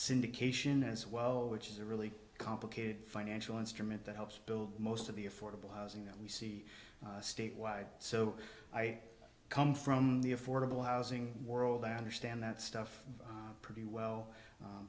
syndication as well which is a really complicated financial instrument that helps build most of the affordable housing that we see statewide so i come from the affordable housing world i understand that stuff pretty well